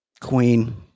Queen